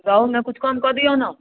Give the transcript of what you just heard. रहुमे किछु कम कऽ दियौ ने